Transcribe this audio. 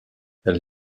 elle